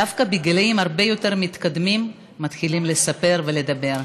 דווקא בגילים הרבה יותר מתקדמים מתחילים לספר ולדבר.